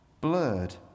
blurred